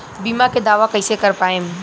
बीमा के दावा कईसे कर पाएम?